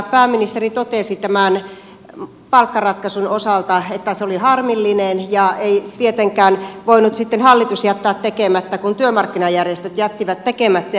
pääministeri totesi tämän palkkaratkaisun osalta että se oli harmillinen eikä tietenkään voinut sitten hallitus jättää tekemättä kun työmarkkinajärjestöt jättivät tekemättä